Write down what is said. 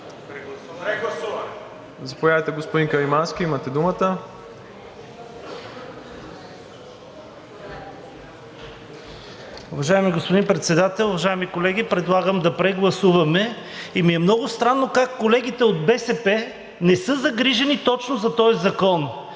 Заповядайте, господин Каримански – имате думата.